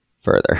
further